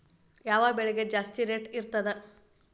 ಯಾವ ಬೆಳಿಗೆ ಜಾಸ್ತಿ ರೇಟ್ ಇರ್ತದ?